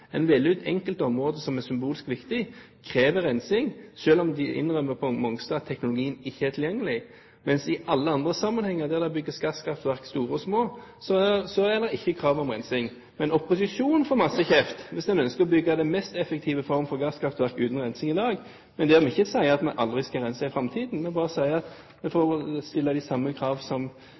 En velger ut enkelte områder som er symbolsk viktige, krever rensing, selv om de innrømmer på Mongstad at teknologien ikke er tilgjengelig, mens i alle andre sammenhenger der det bygges gasskraftverk – store og små – er det ikke krav om rensing. Men opposisjonen får masse kjeft hvis en ønsker å bygge den mest effektive form for gasskraftverk uten rensing i dag. Vi sier ikke at vi aldri skal rense i framtiden. Vi sier bare at vi får stille de samme krav som